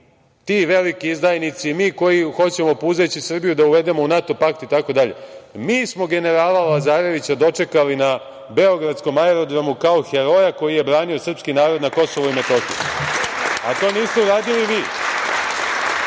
ti veliki izdajnici, mi koji hoćemo puzeći Srbiju da uvedemo u NATO pakt itd, mi smo generala Lazarevića dočekali na beogradskom aerodromu kao heroja koji je branio srpski narod na KiM, a to niste uradili vi.